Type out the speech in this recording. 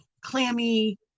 clammy